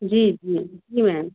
जी जी जी मैम